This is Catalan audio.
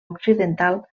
occidental